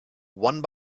one